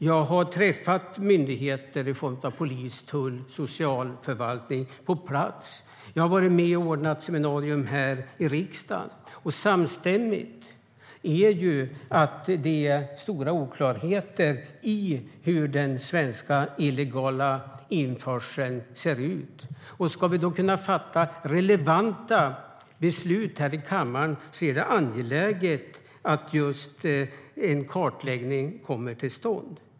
Jag har träffat myndigheter i form av polis, tull och socialförvaltning på plats. Jag har varit med och ordnat ett seminarium här i riksdagen. Det är samstämmigt att det finns stora oklarheter i hur den svenska illegala införseln ser ut. Om vi ska kunna fatta relevanta beslut här i kammaren är det angeläget att en kartläggning kommer till stånd.